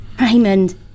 Raymond